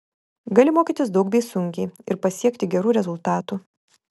gali mokytis daug bei sunkiai ir pasiekti gerų rezultatų